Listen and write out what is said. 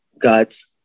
God's